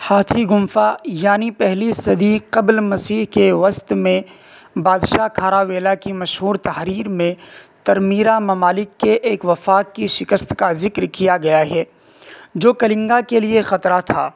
ہاتھی گمفا یعنی پہلی صدی قبل مسیح کے وسط میں بادشاہ کھاراویلا کی مشہور تحریر میں ترمیرا ممالک کے ایک وفاک کی شکست کا ذکر کیا گیا ہے جو کلنگا کے لیے خطرہ تھا